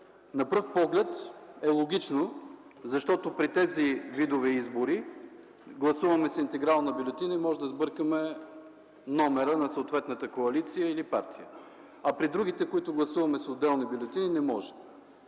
На пръв поглед е логично, защото при тези видове избори гласуваме с интегрална бюлетина и можем да сбъркаме номера на съответната коалиция или партия. При другите, когато гласуваме с отделни бюлетини, не може.